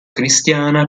cristiana